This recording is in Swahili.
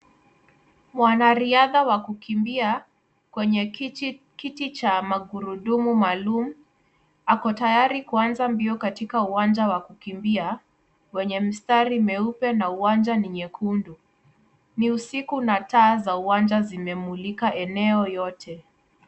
Wanariadha wa kukimbia kwenye kiti kiti cha magurudumu maalum ako tayari kuanza mbio katika uwanja wa kukimbia, yenye mistari meupe na uwanja ni nyekundu. Ni usiku na taa za uwanja zimemulika eneo yote.